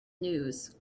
news